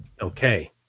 Okay